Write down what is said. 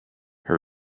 her